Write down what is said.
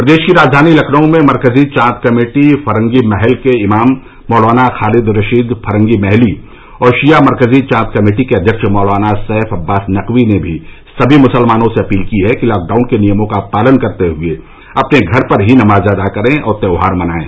प्रदेश की राजधानी लखनऊ में मरकज़ी चांद कमेटी फरंगी महल के इमाम मौलाना खालिद रशीद फरंगी महली और शिया मरकजी चांद कमेटी के अध्यक्ष मौलाना सैफ अब्बास नकवी ने भी सभी मुसलमानों से अपील की है कि लॉकडाउन के नियमों का पालन करते हुए अपने घर पर ही नमाज अदा करें और त्यौहार मनायें